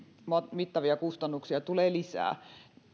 mittavia kustannuksia tulee lisää